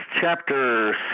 Chapter